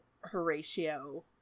Horatio